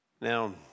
Now